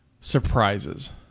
surprises